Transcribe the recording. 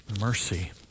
mercy